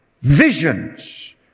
visions